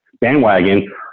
bandwagon